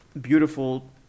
beautiful